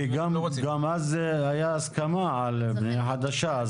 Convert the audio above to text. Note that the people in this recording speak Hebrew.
גם אז היה הסכמה על בנייה חדשה.